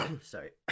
sorry